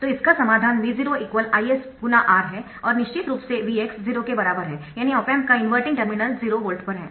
तो इसका समाधान V0 Is R है और निश्चित रूप से Vx 0 के बराबर है यानी ऑप एम्प का इनवर्टिंग टर्मिनल 0 वोल्ट पर है